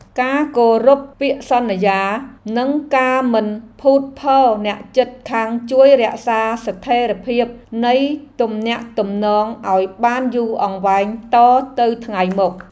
ការគោរពពាក្យសន្យានិងការមិនភូតភរអ្នកជិតខាងជួយរក្សាស្ថិរភាពនៃទំនាក់ទំនងឱ្យបានយូរអង្វែងតទៅថ្ងៃមុខ។